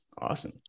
Awesome